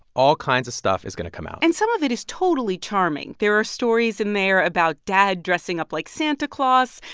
all kinds of stuff is going to come out and some of it is totally charming. there are stories in there about dad dressing up like santa claus,